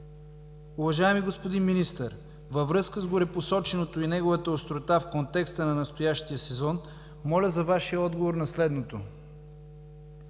Уважаеми господин Министър, във връзка с горепосоченото и неговата острота в контекста на настоящия сезон, моля за Вашия отговор на следното: